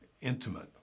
intimate